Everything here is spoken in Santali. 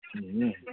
ᱦᱮᱸ